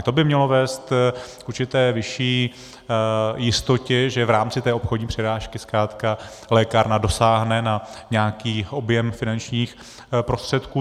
To by mělo vést k určité vyšší jistotě, že v rámci té obchodní přirážky zkrátka lékárna dosáhne na nějaký objem finančních prostředků.